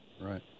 Right